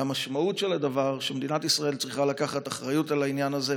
המשמעות של הדבר היא שמדינת ישראל צריכה לקחת אחריות על העניין הזה,